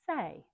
say